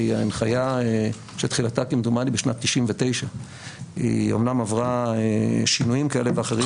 היא הנחיה שתחילתה כמדומני בשנת 99'. היא אומנם עברה שינויים כאלה ואחרים.